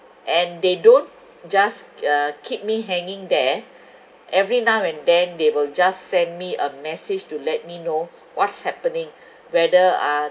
and they don't just uh keep me hanging there every now and then they will just send me a message to let me know what's happening whether uh